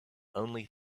only